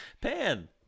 Pan